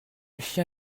chien